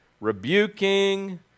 rebuking